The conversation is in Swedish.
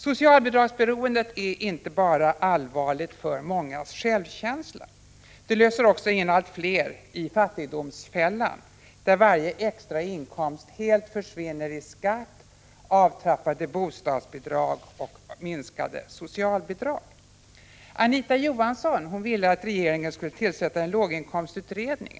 Socialbidragsberoendet är inte bara allvarligt för många människors självkänsla, utan det innebär också att allt fler hamnar i fattigdomsfällan, där varje extra inkomst helt försvinner i skatt, avtrappade bostadsbidrag och minskade socialbidrag. Anita Johansson ville att regeringen skulle tillsätta en låginkomstutredning.